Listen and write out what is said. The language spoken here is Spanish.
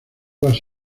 las